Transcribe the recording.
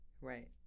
Right